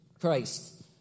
Christ